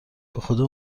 بخدا